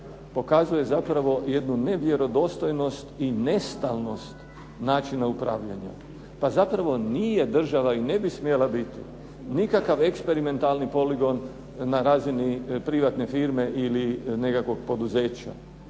pokazuje zapravo jednu nevjerodostojnost i nestalnost načina upravljanja. Pa zapravo nije država i ne bi smjela biti nikakav eksperimentalni poligon na razini privatne firme ili nekakvog poduzeća.